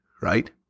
right